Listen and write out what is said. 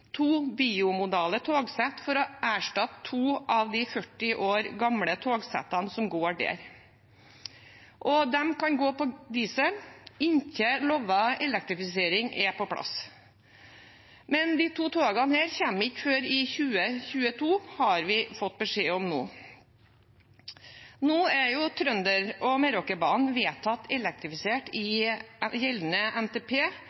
to bimodale togsett for å erstatte to av de 40 år gamle togsettene som går der. De kan gå på diesel inntil lovet elektrifisering er på plass. Men disse to togene kommer ikke før i 2022, har vi fått beskjed om nå. Nå er Trønderbanen og Meråkerbanen vedtatt elektrifisert i gjeldende NTP,